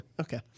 okay